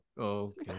okay